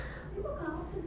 you got out